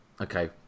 Okay